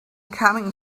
coming